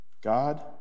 God